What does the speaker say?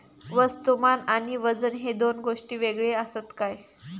वस्तुमान आणि वजन हे दोन गोष्टी वेगळे आसत काय?